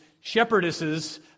shepherdesses